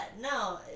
no